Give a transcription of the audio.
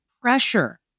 pressure